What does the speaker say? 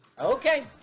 Okay